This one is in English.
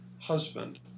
husband